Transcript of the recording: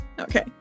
Okay